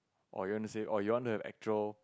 or you want to say or you want to have actual